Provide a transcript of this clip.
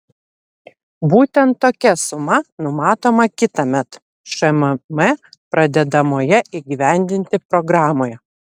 būtent tokia suma numatoma kitąmet šmm pradedamoje įgyvendinti programoje